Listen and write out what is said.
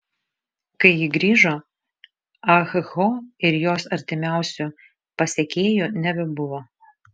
kai ji grįžo ah ho ir jos artimiausių pasekėjų nebebuvo